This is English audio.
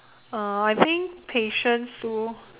uh I think patience too